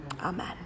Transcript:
Amen